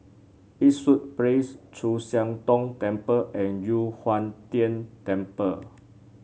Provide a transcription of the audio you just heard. Eastwood Place Chu Siang Tong Temple and Yu Huang Tian Temple